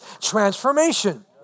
transformation